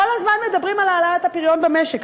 כל הזמן מדברים על העלאת הפריון במשק.